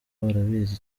barabizi